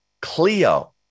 Cleo